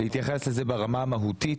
להתייחס לזה ברמה המהותית,